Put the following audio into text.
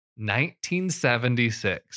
1976